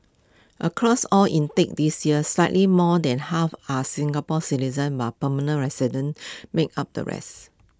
across all intakes this year slightly more than half are Singapore citizens while permanent residents make up the rest